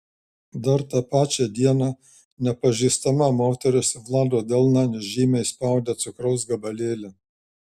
dar tą pačią dieną nepažįstama moteris į vlado delną nežymiai įspaudė cukraus gabalėlį